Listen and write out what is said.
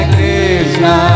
Krishna